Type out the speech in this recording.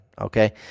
Okay